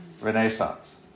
Renaissance